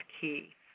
key